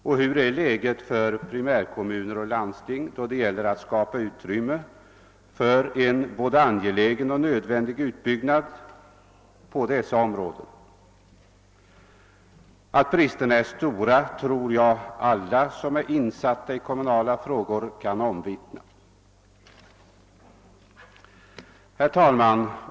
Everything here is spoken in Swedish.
Och hurudant är läget för primärkommuner och landsting då det gäller att skapa utrymme för en både angelägen och nödvändig utbyggnad härvidlag? Att bristerna är stora tror jag alla som är insatta i kommunala frågor kan omvittna. Herr talman!